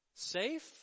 Safe